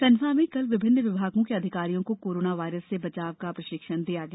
खंडवा में कल विभिन्न विभागों के अधिकारियों को कोरोना वायरस से बचाव का प्रशिक्षण दिया गया